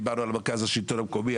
דיברנו על מרכז השלטון המקומי,